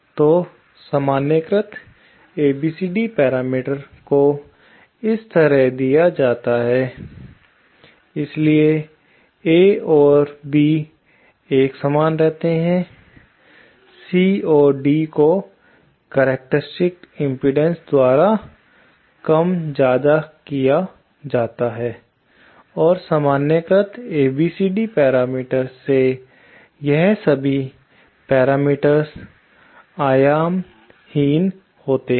तो सामान्य कृत ABCD पैरामीटर्स को इस तरह दिया जाता है इसलिए A और B एक समान रहते हैं C और D को करक्टेरिस्टिक्स इम्पीडेन्सेस द्वारा कम ज्यादा किया जाता है और सामान्य कृत ABCD पैरामीटर्स में यह सभी पैरामीटर आयाम हीन होते हैं